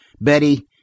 Betty